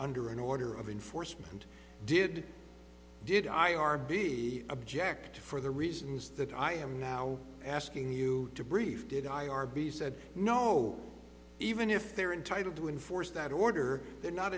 under an order of enforcement did did i r b object for the reason is that i am now asking you to brief did i r b said no even if they're entitled to enforce that order they're not